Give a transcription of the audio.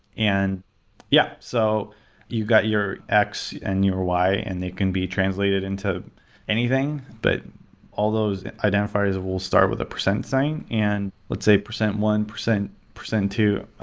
and yeah, so you got your x and your y and they can be translated into anything, but all those identifiers will start a percent sign and let's say percent one, percent percent two,